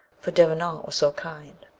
for devenant was so kind.